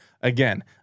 again